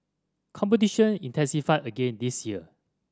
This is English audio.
competition intensified again this year